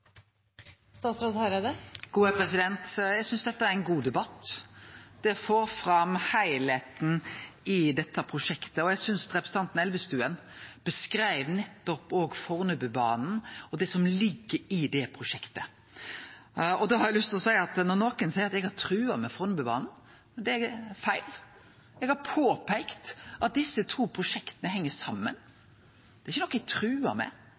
ein god debatt, som får fram heilskapen i dette prosjektet, og representanten Elvestuen beskreiv Fornebubanen og det som ligg i det prosjektet. Eg har lyst til å seie at når nokon seier at eg har trua med Fornebubanen, er det feil. Eg har peika på at desse to prosjekta heng saman. Det er ikkje noko eg har trua med.